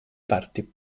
parti